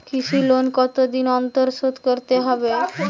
কৃষি লোন কতদিন অন্তর শোধ করতে হবে?